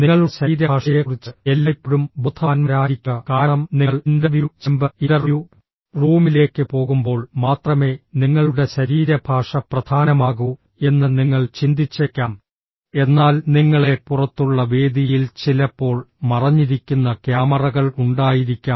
നിങ്ങളുടെ ശരീരഭാഷയെക്കുറിച്ച് എല്ലായ്പ്പോഴും ബോധവാന്മാരായിരിക്കുക കാരണം നിങ്ങൾ ഇന്റർവ്യൂ ചേംബർ ഇന്റർവ്യൂ റൂമിലേക്ക് പോകുമ്പോൾ മാത്രമേ നിങ്ങളുടെ ശരീരഭാഷ പ്രധാനമാകൂ എന്ന് നിങ്ങൾ ചിന്തിച്ചേക്കാം എന്നാൽ നിങ്ങളെ പുറത്തുള്ള വേദിയിൽ ചിലപ്പോൾ മറഞ്ഞിരിക്കുന്ന ക്യാമറകൾ ഉണ്ടായിരിക്കാം